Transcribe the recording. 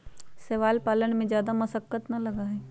शैवाल पालन में जादा मशक्कत ना लगा हई